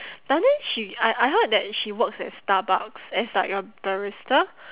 but then she I I heard that she works at Starbucks as like a barista